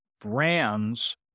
brands